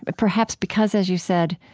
but perhaps because, as you said,